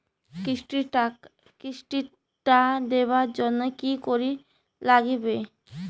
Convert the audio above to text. কিস্তি টা দিবার জন্যে কি করির লাগিবে?